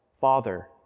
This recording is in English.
Father